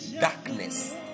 darkness